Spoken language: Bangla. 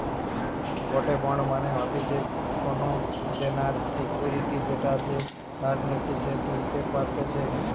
গটে বন্ড মানে হতিছে কোনো দেনার সিকুইরিটি যেটা যে ধার নিচ্ছে সে তুলতে পারতেছে